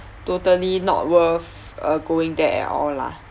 totally not worth uh going there at all lah